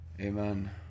Amen